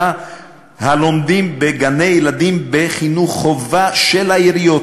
הלומדים בגני-ילדים בחינוך חובה של העיריות.